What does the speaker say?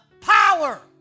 power